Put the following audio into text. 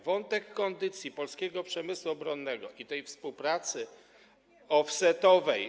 Wątek kondycji polskiego przemysłu obronnego i współpracy offsetowej.